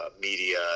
media